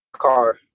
Car